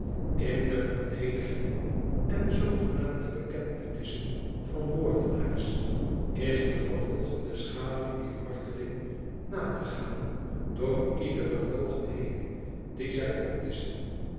in de verdedigingen en zoogenaamde bekentenissen van moordenaars is de vervolgende schaduw dier marteling na te gaan door iedere logen heen die zij